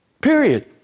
Period